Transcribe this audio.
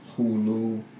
Hulu